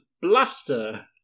Blaster